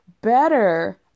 better